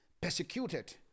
Persecuted